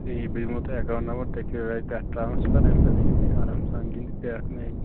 تی بہٕ دِمہو تۄہہِ ایکاوُنٛٹ نمبر تُہۍ کٔرِو رۄپیہِ اَتھ ٹرانَسفر اَمہِ پتہٕ ہٮ۪کِو تُہۍ آرام سان گِنٛدِتھ بیٛاکھ میچ